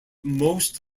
most